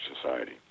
society